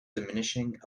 diminishing